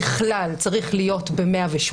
ככלל זה צריך להיות ב-108,